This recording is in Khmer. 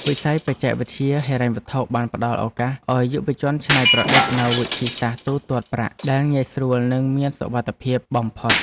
វិស័យបច្ចេកវិទ្យាហិរញ្ញវត្ថុបានផ្តល់ឱកាសឱ្យយុវជនច្នៃប្រឌិតនូវវិធីសាស្ត្រទូទាត់ប្រាក់ដែលងាយស្រួលនិងមានសុវត្ថិភាពបំផុត។